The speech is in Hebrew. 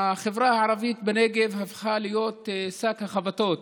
החברה הערבית בנגב הפכה להיות שק החבטות,